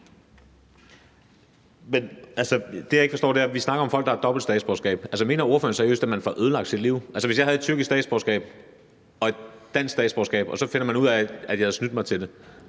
vi snakker om folk, der har dobbelt statsborgerskab. Altså, mener ordføreren seriøst, at man får ødelagt sit liv? Hvis jeg havde et tyrkisk statsborgerskab og et dansk statsborgerskab og man så finder ud af, at jeg havde snydt mig til det,